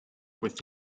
with